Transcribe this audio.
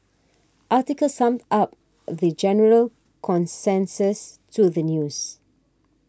article summed up the general consensus to the news